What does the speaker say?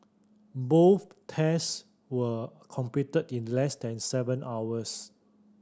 both test were completed in less than seven hours